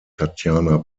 tatjana